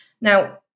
Now